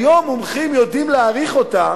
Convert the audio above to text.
היום מומחים יודעים להעריך אותה,